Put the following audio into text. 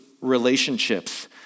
relationships